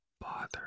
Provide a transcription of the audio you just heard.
bother